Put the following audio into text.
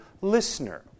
listener